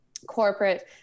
corporate